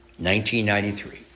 1993